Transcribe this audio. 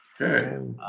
Okay